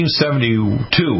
1972